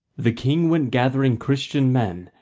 the king went gathering christian men,